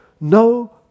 no